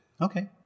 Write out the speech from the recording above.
Okay